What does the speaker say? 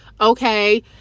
okay